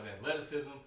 athleticism